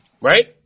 Right